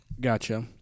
Gotcha